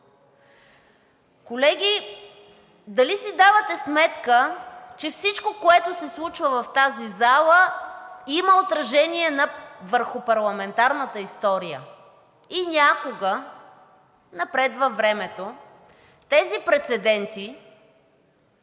Колеги, дали си давате сметка, че всичко, което се случва в тази зала, има отражение върху парламентарната история и някога напред във времето тези прецеденти